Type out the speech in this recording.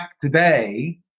today